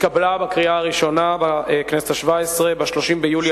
התקבלה בקריאה ראשונה בכנסת השבע-עשרה ב-30 ביולי